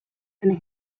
and